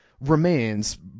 remains